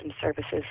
services